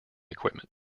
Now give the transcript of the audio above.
equipment